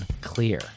clear